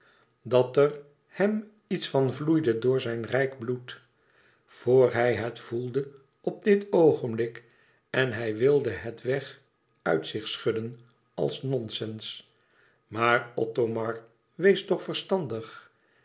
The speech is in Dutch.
dat er hem iets van vloeide door zijn rijk bloed vor hij het voelde op dit oogenblik en hij wilde het weg uit zich schudden als nonsens maar othomar wees toch verstandig